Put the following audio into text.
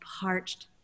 parched